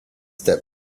steps